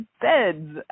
beds